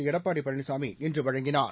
எடப்பாடி பழனிசாமி இன்று வழங்கினார்